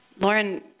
lauren